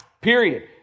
period